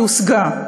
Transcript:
והיא הושגה,